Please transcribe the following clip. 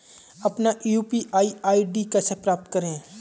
अपना UPI ID कैसे प्राप्त करें?